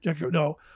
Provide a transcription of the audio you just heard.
No